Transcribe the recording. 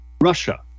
Russia